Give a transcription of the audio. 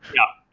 yeah,